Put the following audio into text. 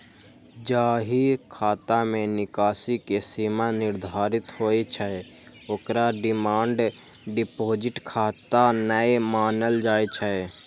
जाहि खाता मे निकासी के सीमा निर्धारित होइ छै, ओकरा डिमांड डिपोजिट खाता नै मानल जाइ छै